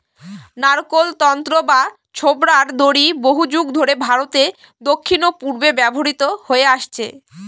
নারকোল তন্তু বা ছোবড়ার দড়ি বহুযুগ ধরে ভারতের দক্ষিণ ও পূর্বে ব্যবহৃত হয়ে আসছে